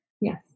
Yes